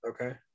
okay